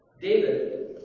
David